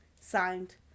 Signed